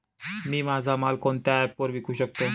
मी माझा माल कोणत्या ॲप वरुन विकू शकतो?